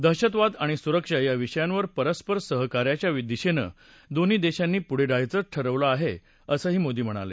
दहशतवाद आणि सुरक्षा या विषयांवर परस्पर सहकार्याच्या दिशेनं दोन्ही देशांनी पुढ जायचं ठरवलं आहे असंही मोदी म्हणाले